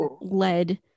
led